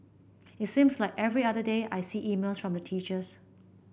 it seems like every other day I see emails from the teachers